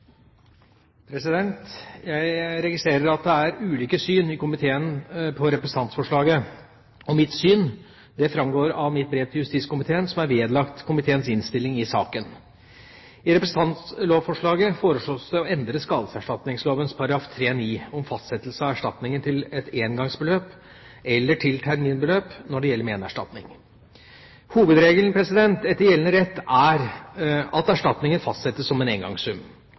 ulike syn i komiteen på representantlovforslaget. Mitt syn framgår av mitt brev til justiskomiteen, som er vedlagt komiteens innstilling i saken. I representantlovforslaget foreslås det å endre skadeserstatningsloven § 3-9 om fastsettelse av erstatningen til et engangsbeløp eller til terminbeløp når det gjelder menerstatning. Hovedregelen etter gjeldende rett er at erstatningen fastsettes som en engangssum.